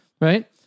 right